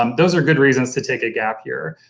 um those are good reasons to take a gap year.